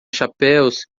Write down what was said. chapéus